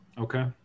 okay